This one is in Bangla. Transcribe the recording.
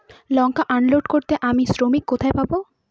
লঙ্কা আনলোড করতে আমি শ্রমিক কোথায় পাবো?